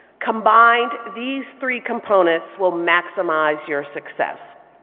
combined, these three components will maximize your success.